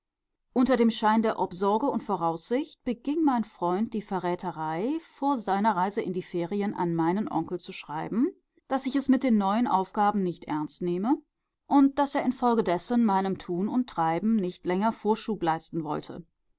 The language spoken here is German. unter dem schein der obsorge und voraussicht beging mein freund die verräterei vor seiner reise in die ferien an meinen onkel zu schreiben daß ich es mit den neuen aufgaben nicht ernst nehme und daß er infolgedessen meinem tun und treiben nicht länger vorschub leisten wollte